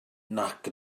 nac